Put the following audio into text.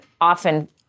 often